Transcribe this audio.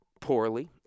poorly